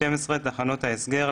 (12)תחנות ההסגר,